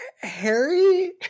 Harry